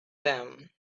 them